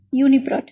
மாணவர் யூனிப்ரோட்